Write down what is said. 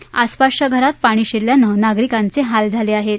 तर आसपासच्या घरांत पाणी शिरल्यानं नागरिकांचे हाल झालेत